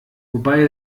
wobei